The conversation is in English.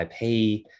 IP